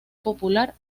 popular